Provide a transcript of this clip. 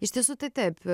iš tiesų tai taip